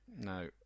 No